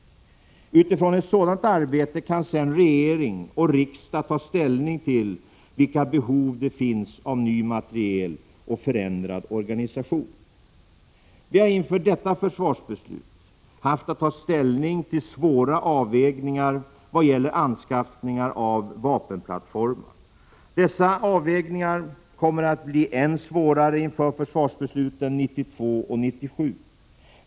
Utifrån ett sådant arbete kan sedan regering och riksdag ta ställning till vilka behov det finns av ny materiel och förändrad organisation. Vi har inför detta försvarsbeslut haft att ta ställning till svåra avvägningar vad gäller anskaffning av vapenplattformar. Dessa avvägningar kommer att bli än svårare inför försvarsbesluten 1992 och 1997.